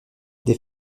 des